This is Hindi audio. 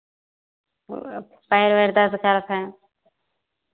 ओ या पैर वैर दर्द करत हैं